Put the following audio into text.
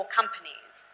companies